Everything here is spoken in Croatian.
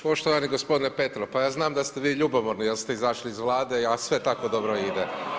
Poštovani gospodine Petrov pa ja znam da ste vi ljubomorni jer ste izašli iz Vlade, a sve tako dobro ide.